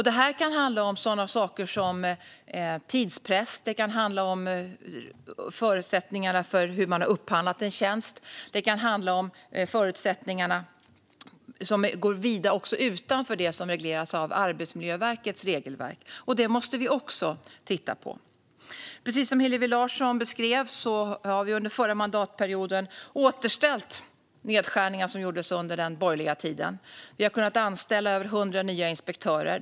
Det kan handla om sådana saker som tidspress, förutsättningarna för hur en tjänst har upphandlats eller frågor som går utanför det som regleras av Arbetsmiljöverkets regelverk. Sådant måste vi också titta på. Precis som Hillevi Larsson beskrev återställde regeringen under förra mandatperioden nedskärningar som gjordes under den borgerliga tiden. Det har varit möjligt att anställa över 100 nya inspektörer.